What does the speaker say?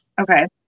Okay